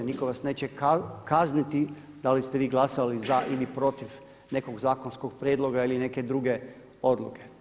Nitko vas neće kazniti da li ste vi glasali za ili protiv nekog zakonskog prijedloga ili neke druge odluke.